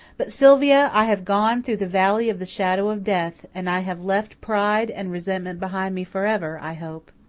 but, sylvia, i have gone through the valley of the shadow of death, and i have left pride and resentment behind me for ever, i hope.